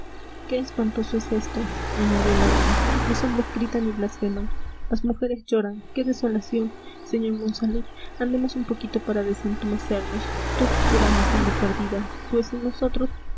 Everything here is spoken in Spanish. qué espantoso es esto añadió la dama los hombres gritan y blasfeman las mujeres lloran qué desolación sr monsalud andemos un poquito para desentumecernos todos lloran la hacienda perdida pues y nosotros